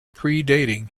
predating